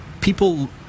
people